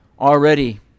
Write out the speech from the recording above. Already